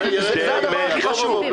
זה הדבר הכי חשוב.